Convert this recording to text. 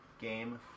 game